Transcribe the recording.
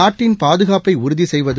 நாட்டின் பாதுகாப்பை உறுதி செய்வது